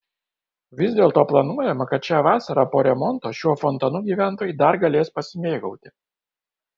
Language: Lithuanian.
vis dėlto planuojama kad šią vasarą po remonto šiuo fontanu gyventojai dar galės pasimėgauti